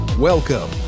Welcome